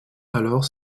alors